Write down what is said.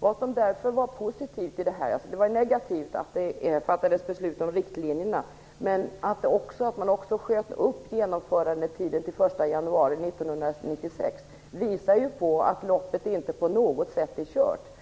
Det som därför var positivt i detta - det var negativt att det fattades beslut om riktlinjerna - var att man sköt upp genomförandetiden till den 1 januari 1996. Det visar att loppet inte på något sätt är kört.